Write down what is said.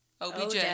OBJ